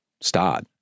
start